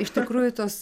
iš tikrųjų tos